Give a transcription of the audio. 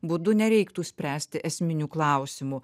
būdu nereiktų spręsti esminių klausimų